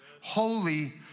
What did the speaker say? Holy